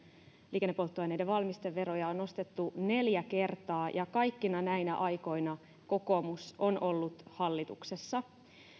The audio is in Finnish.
liikennepolttoaineiden valmisteveroja on nostettu neljä kertaa ja kaikkina näinä aikoina kokoomus on ollut hallituksessa